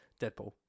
Deadpool